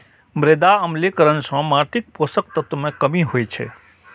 मृदा अम्लीकरण सं माटिक पोषक तत्व मे कमी होइ छै